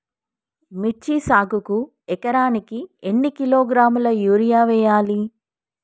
మిర్చి సాగుకు ఎకరానికి ఎన్ని కిలోగ్రాముల యూరియా వేయాలి?